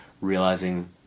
realizing